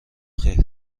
خیر